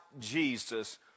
Jesus